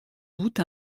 doute